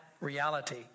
reality